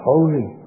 Holy